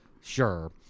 Sure